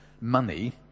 money